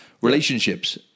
relationships